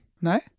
no